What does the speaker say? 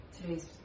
today's